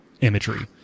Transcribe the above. imagery